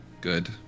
good